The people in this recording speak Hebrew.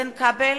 איתן כבל,